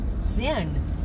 sin